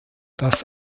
das